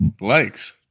likes